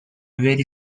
very